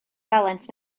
dalent